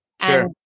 Sure